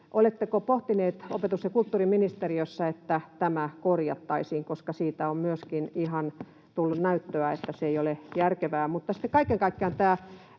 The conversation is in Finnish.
Oletteko pohtineet opetus‑ ja kulttuuriministeriössä, että tämä korjattaisiin, koska siitä on myöskin tullut ihan näyttöä, että se ei ole järkevää?